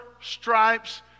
stripes